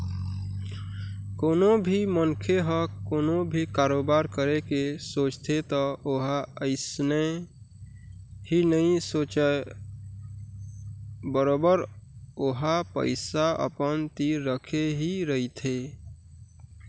कोनो भी मनखे ह कोनो भी कारोबार करे के सोचथे त ओहा अइसने ही नइ सोचय बरोबर ओहा पइसा अपन तीर रखे ही रहिथे